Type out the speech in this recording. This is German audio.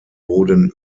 boden